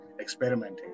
Experimenting